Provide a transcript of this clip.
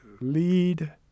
lead